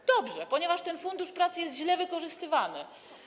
I dobrze, ponieważ ten Fundusz Pracy jest źle wykorzystywany.